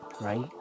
right